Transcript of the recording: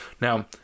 Now